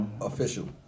Official